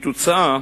התוצאה,